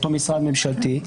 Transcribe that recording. אותו משרד ממשלתי.